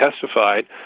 testified